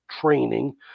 training